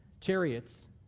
Chariots